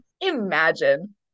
Imagine